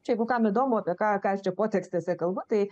čia jeigu kam įdomu apie ką ką aš čia potekstėse kalbu tai